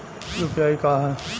UPI का ह?